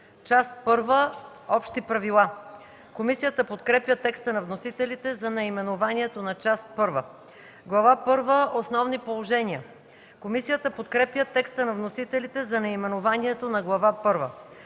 „Част първа. Общи правила”. Комисията подкрепя текста на вносителите за наименованието на Част І. „Глава първа. Основни положения”. Комисията подкрепя текста на вносителите за наименованието на Глава